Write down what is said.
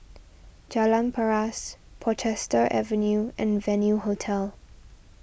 Jalan Paras Portchester Avenue and Venue Hotel